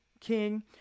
king